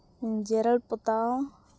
ᱡᱮᱨᱮᱲ ᱯᱚᱛᱟᱣ